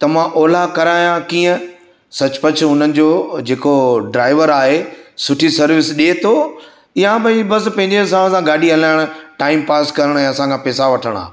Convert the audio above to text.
त मां ओला करायां कीअं सचपच उन्हनि जी जेको ड्राइवर आहे सुठी सर्विस ॾिए थो या भाई बसि पंहिंजे हिसाब सां गाॾी हलाइण टाइम पास करण या असां खां पैसा वठणा